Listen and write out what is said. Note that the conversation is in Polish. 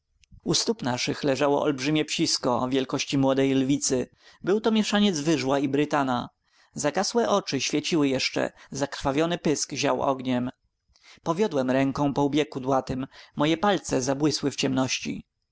u stóp naszych leżało olbrzymia psisko wielkości młodej lwicy był to mieszaniec wyżła i brytana zagasłe oczy świeciły jeszcze zakrwawiony pysk ział ogniem powiodłem ręką po łbie kudłatym moje palce zabłysły w ciemności